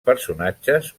personatges